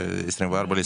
מי נמנע?